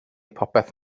popeth